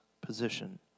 position